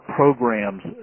programs